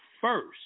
first